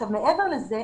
מעבר לזה,